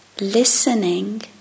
listening